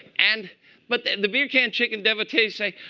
and but then the beer can chicken devotees say,